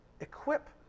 equip